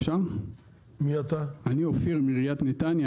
אני אופיר מעיריית נתניה,